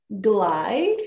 glide